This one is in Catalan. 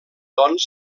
doncs